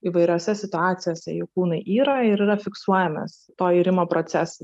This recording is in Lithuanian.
įvairiose situacijose jų kūnai yra ir yra fiksuojamas to irimo procesai